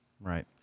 Right